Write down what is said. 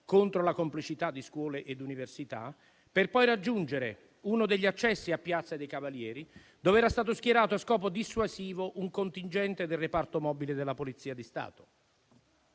contro la complicità di scuole ed università", per poi raggiungere uno degli accessi a piazza dei Cavalieri, dove era stato schierato a scopo dissuasivo un contingente del reparto mobile della Polizia di Stato.